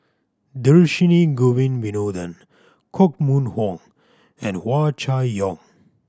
Dhershini Govin Winodan Koh Mun Hong and Hua Chai Yong